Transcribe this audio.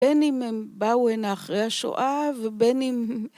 בין אם הם באו הנה אחרי השואה ובין אם...